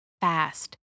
fast